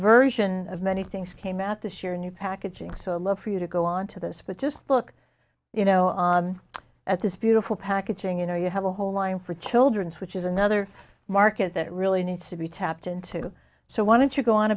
version of many things came out this year in new packaging so love for you to go on to this but just look you know at this beautiful packaging you know you have a whole line for children's which is another market that really needs to be tapped into so why don't you go on